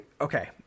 Okay